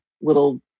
little